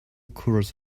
course